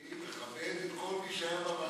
אני מכבד כל מי שהיה בוועדה.